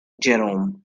jerome